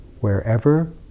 Wherever